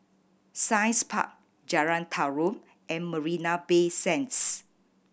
Science Park Jalan Tarum and Marina Bay Sands